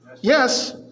Yes